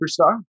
superstar